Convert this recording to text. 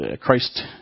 Christ